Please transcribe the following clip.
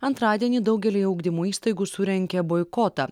antradienį daugelyje ugdymo įstaigų surengė boikotą